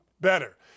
better